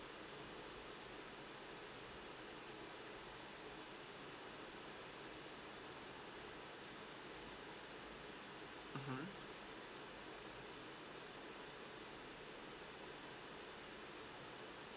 mmhmm